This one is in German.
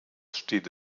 steht